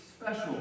special